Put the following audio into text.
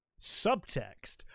subtext